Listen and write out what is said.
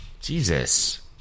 Jesus